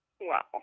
Wow